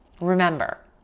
Remember